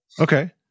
Okay